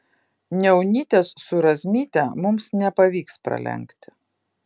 niaunytės su razmyte mums nepavyks pralenkti